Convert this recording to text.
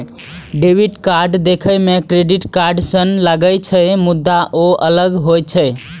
debit card देखै मे credit card सन लागै छै, मुदा ओ अलग होइ छै